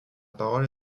parole